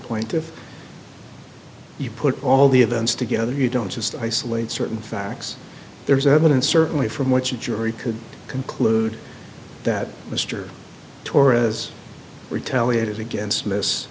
point if you put all the evidence together you don't just isolate certain facts there's evidence certainly from what you jury could conclude that mr torres retaliated against miss